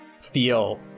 feel